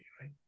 right